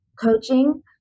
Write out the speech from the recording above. Coaching